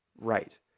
right